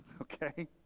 okay